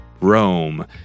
Rome